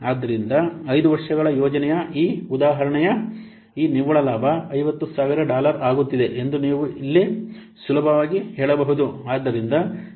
ಆದ್ದರಿಂದ 5 ವರ್ಷಗಳ ಯೋಜನೆಯ ಈ ಉದಾಹರಣೆಯ ನಿವ್ವಳ ಲಾಭ 50000 ಡಾಲರ್ ಆಗುತ್ತಿದೆ ಎಂದು ಇಲ್ಲಿ ನೀವು ಸುಲಭವಾಗಿ ಹೇಳಬಹುದು